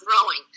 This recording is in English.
growing